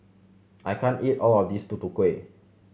I can't eat all of this Tutu Kueh